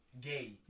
Gay